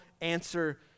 answer